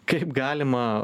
kaip galima